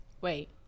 Wait